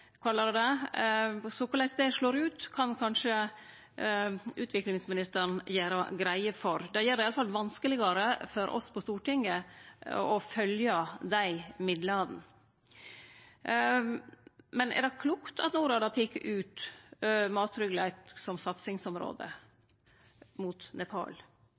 det det, så korleis det slår ut, kan kanskje utviklingsministeren gjere greie for. Det gjer det i alle fall vanskelegare for oss på Stortinget å følgje dei midlane. Men er det klokt at Norad har teke ut mattryggleik som satsingsområde mot Nepal?